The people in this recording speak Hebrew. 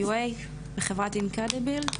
QA בחברת אינקרדביל,